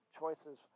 choices